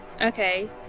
Okay